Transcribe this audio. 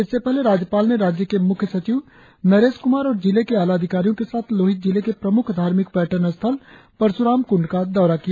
इससे पहले राज्यपाल ने राज्य के मुख्य सचिव नरेश कुमार और जिले के आला अधिकारियों के साथ लोहित जिले के प्रमुख धार्मिक पर्यटन स्थल परशुराम कुंड का दौरा किया